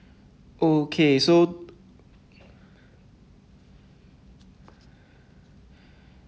okay so